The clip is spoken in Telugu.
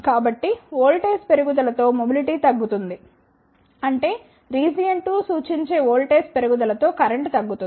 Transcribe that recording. కాబట్టి వోల్టేజ్ పెరుగుదల తో మెబిలిటీ తగ్గుతుంది అంటేరీజియన్ 2 సూచించే వోల్టేజ్ పెరుగుదల తో కరెంట్ తగ్గుతుంది